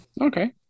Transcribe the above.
Okay